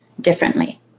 differently